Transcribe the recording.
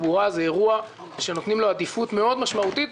שהתחבורה זה אירוע שנותנים לו עדיפות מאוד משמעותית.